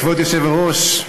כבוד היושב-ראש,